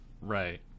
Right